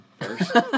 first